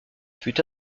fut